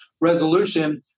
resolution